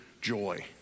joy